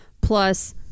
plus